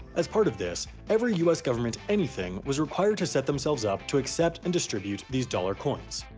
as part of this, every us government anything was required to set themselves up to accept and distribute these dollar coins.